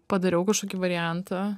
padariau kažkokį variantą